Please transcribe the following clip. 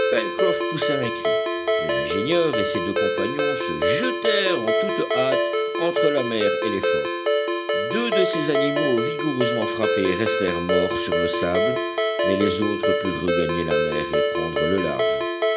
un cri l'ingénieur et ses deux compagnons se jetèrent en toute hâte entre la mer et les phoques deux de ces animaux vigoureusement frappés restèrent morts sur le sable mais les autres purent regagner la mer et prendre le large